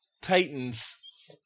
Titans